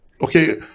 okay